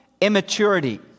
immaturity